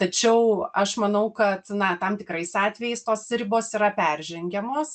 tačiau aš manau kad na tam tikrais atvejais tos ribos yra peržengiamos